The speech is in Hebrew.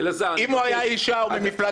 אם הוא היה ממפלגה אחרת,